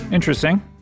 Interesting